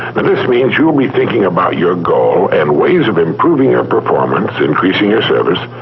and this means you'll be thinking about your goal and ways of improving your performance, increasing your service,